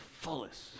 fullest